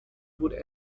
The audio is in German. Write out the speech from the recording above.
wurde